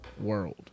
World